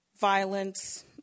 violence